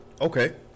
Okay